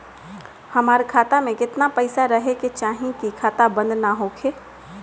हमार खाता मे केतना पैसा रहे के चाहीं की खाता बंद ना होखे?